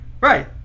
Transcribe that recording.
Right